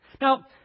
Now